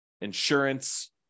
insurance